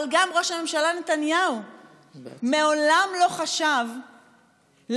אבל גם ראש הממשלה נתניהו מעולם לא חשב לספח